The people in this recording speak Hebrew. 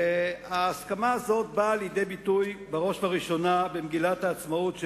ההסכמה הזו באה לידי ביטוי בראש ובראשונה במגילת העצמאות,